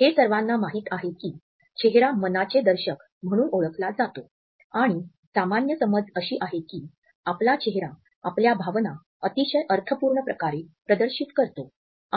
हे सर्वाना माहिती आहे की चेहरा मनाचे दर्शक म्हणून ओळखला जातो आणि सामान्य समज अशी आहे की आपला चेहरा आपल्या भावना अतिशय अर्थपूर्ण प्रकारे प्रदर्शित करतो